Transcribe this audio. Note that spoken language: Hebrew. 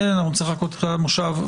ממילא נצטרך לחכות למושב,